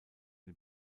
den